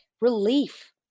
relief